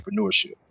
entrepreneurship